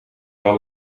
wel